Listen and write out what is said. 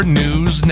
news